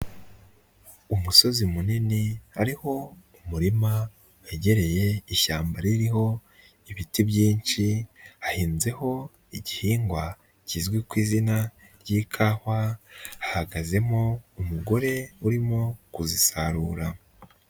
Umusozi munini hariho umurima yegereye ishyamba ririho ibiti byinshi, hahinzeho igihingwa kizwi ku izina ryikawa, hahagazemo umugore urimo kuzisarura.